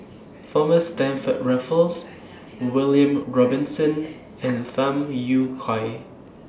Thomas Stamford Raffles William Robinson and Tham Yui Kai